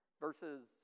verses